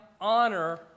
honor